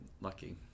lucky